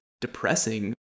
depressing